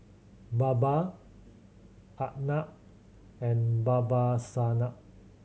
Baba Arnab and Babasaheb